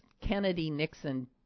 Kennedy-Nixon